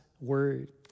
word